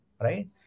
right